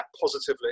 positively